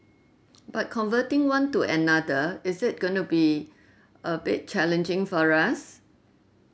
but converting one to another is it gonna be a bit challenging for us